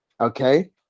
okay